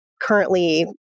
currently